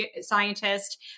scientist